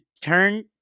turn